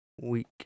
week